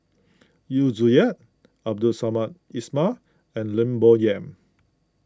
Yu Zhuye Abdul Samad Ismail and Lim Bo Yam